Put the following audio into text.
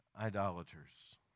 idolaters